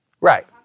Right